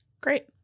Great